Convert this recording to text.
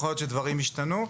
יכול להיות שדברים השתנו,